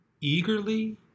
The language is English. eagerly